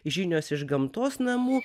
žinios iš gamtos namų